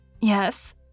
Yes